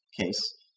case